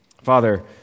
Father